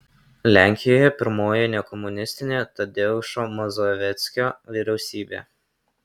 lenkijoje pirmoji nekomunistinė tadeušo mazoveckio vyriausybė